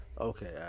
Okay